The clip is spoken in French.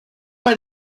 pas